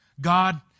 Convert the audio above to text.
God